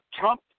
Trump